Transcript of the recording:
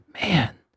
man